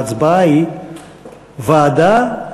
ההצבעה היא על ועדה.